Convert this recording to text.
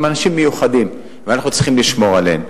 הם אנשים מיוחדים, ואנחנו צריכים לשמור עליהם.